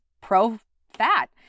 pro-fat